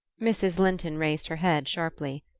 mrs. linton raised her head sharply.